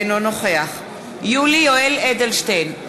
אינו נוכח יולי יואל אדלשטיין,